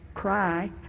cry